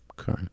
Okay